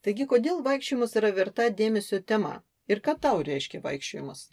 taigi kodėl vaikščiojimas yra verta dėmesio tema ir ką tau reiškė vaikščiojimas